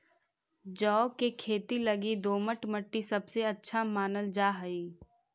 जौ के खेती लगी दोमट मट्टी सबसे अच्छा मानल जा हई